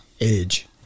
age